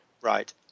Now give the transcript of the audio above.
Right